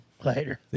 Later